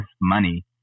money